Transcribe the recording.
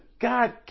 God